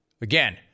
Again